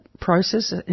process